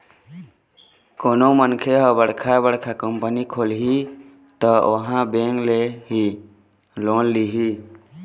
कोनो मनखे ह बड़का बड़का कंपनी खोलही त ओहा बेंक ले ही लोन लिही